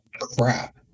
crap